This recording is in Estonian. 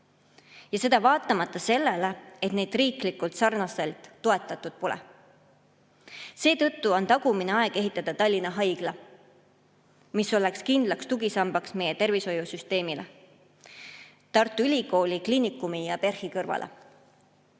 Seda vaatamata sellele, et neid riiklikult sarnaselt toetatud pole. Seetõttu on tagumine aeg ehitada Tallinna Haigla, mis oleks kindlaks tugisambaks meie tervishoiusüsteemile Tartu Ülikooli Kliinikumi ja PERH-i kõrval.